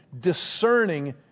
discerning